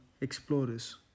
explorers